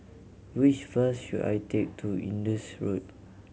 which bus should I take to Indus Road